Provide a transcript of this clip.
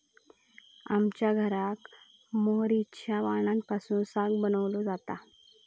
आमच्या घराक मोहरीच्या पानांपासून साग बनवलो जाता